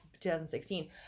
2016